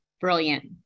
Brilliant